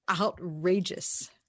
outrageous